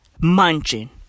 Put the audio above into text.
munching